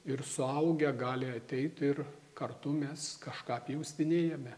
ir suaugę gali ateit ir kartu mes kažką pjaustinėjame